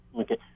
Okay